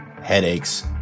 headaches